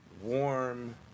warm